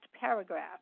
paragraph